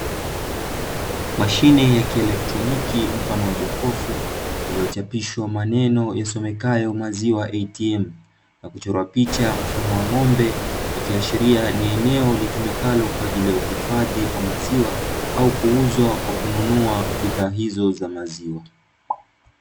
Mashine ya kielotroniki mfano wa jokofu iliyochapishwa maneno yasomekayo “maziwa ATM” na kuchorwa picha mfano wa ng'ombe, ikiashiria ni eneo litumikalo kwa ajili ya uhifadhi wa maziwa au kuuzwa kwa kununua bidhaa hizo za maziwa.